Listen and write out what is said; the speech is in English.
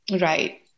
Right